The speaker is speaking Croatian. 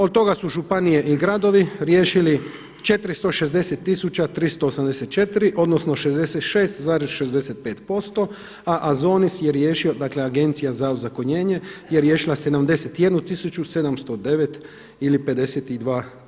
Od toga su županije i gradovi riješiti 460 tisuća 384 odnosno 66,65%, a AZONIS je riješio dakle Agencija za ozakonjenje je riješila 71 tisuću 709 ili 52%